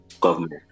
government